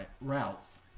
routes